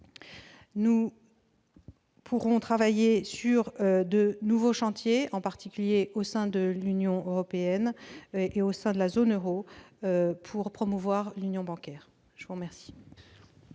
Nous allons enfin travailler sur de nouveaux chantiers, en particulier au sein de l'Union européenne et au sein de la zone euro, pour promouvoir l'union bancaire. La parole